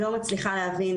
אני לא מצליחה להבין